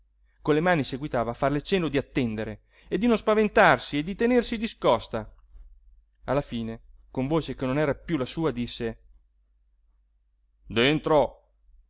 con le mani seguitava a farle cenno di attendere e di non spaventarsi e di tenersi discosta alla fine con voce che non era piú la sua disse dentro